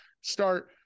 start